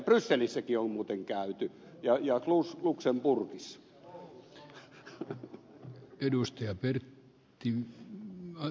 brysselissäkin on muuten käyty ja luxemburgissa